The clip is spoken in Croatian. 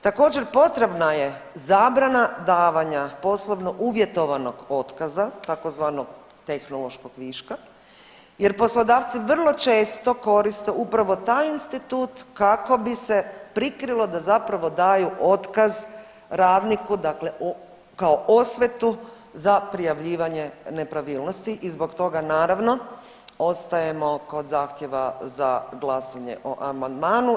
Također potrebna je zabrana davanja poslovno uvjetovanog otkaza, tzv. tehnološkog viška jer poslodavci vrlo često koriste upravo taj institut kako bi se prikrilo da zapravo daju otkaz radniku, dakle kao osvetu za prijavljivanje nepravilnosti i zbog toga naravno ostajemo kod zahtjeva za glasanje o amandmanu.